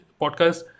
podcast